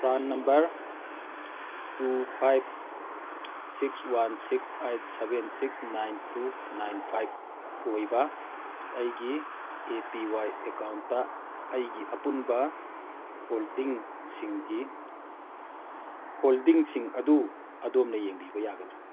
PRAN number two five six one six eight seven six nine two nine five ꯑꯣꯏꯕ ꯑꯩꯒꯤ A P Y ꯑꯦꯀꯥꯎꯟꯠꯗ ꯑꯩꯒꯤ ꯑꯄꯨꯟꯕ ꯍꯣꯜꯗꯤꯡꯁꯤꯡꯒꯤ ꯍꯣꯜꯗꯤꯡꯁꯤꯡ ꯑꯗꯨ ꯑꯗꯣꯝꯅ ꯌꯦꯡꯕꯤꯕ ꯌꯥꯒꯗ꯭ꯔꯥ